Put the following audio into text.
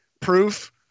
proof